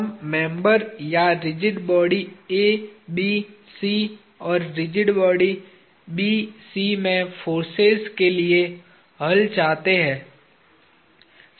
हम मेंबर या rigid body A B C और रिजिड बॉडी B C में फोर्सेज के लिए हल चाहते हैं